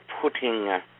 putting